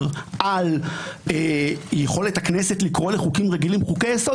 על יכולת הכנסת לקרוא לחוקים רגילים חוקי-יסוד,